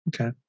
Okay